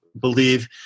believe